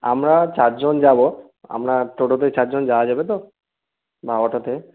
আমরা চারজন যাব আপনার টোটোতে চারজন যাওয়া যাবে তো বা অটোতে